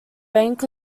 bank